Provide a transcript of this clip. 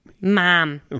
Mom